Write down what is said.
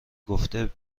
گفته